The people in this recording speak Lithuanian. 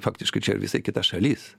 faktiškai čia yra visai kita šalis